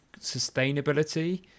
sustainability